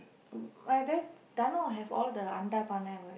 whether Thano will have all the அண்டா பானை:andaa paanai what